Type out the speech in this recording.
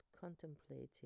contemplating